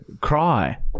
cry